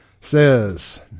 says